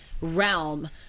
realm